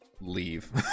leave